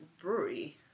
brewery